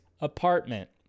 apartment